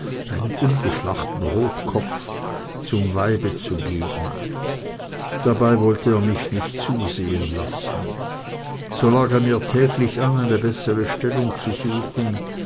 einem ungeschlachten rotkopf zum weibe zu geben dabei wollte er mich nicht zusehen lassen so lag er mir täglich an eine bessere stellung zu suchen